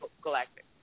Galactic